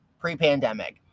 pre-pandemic